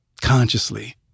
consciously